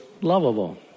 lovable